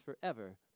forever